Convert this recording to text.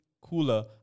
cooler